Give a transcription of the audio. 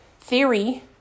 theory